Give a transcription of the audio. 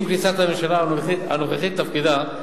עם כניסת הממשלה הנוכחית לתפקידה,